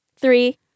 three